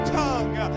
tongue